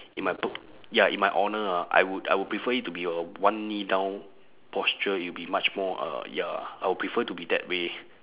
in my ya in my honour ah I would I would prefer it to be a one knee down posture uh it will be much more uh ya I will prefer to be that way